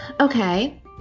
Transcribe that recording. Okay